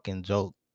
joke